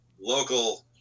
local